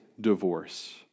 divorce